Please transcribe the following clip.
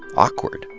awkward.